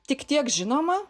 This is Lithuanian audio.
tik tiek žinoma